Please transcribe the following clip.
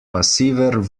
passiver